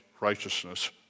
righteousness